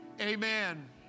amen